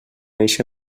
eixe